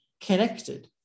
connected